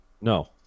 No